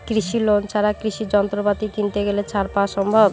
কৃষি লোন ছাড়া কৃষি যন্ত্রপাতি কিনতে গেলে ছাড় পাওয়া সম্ভব?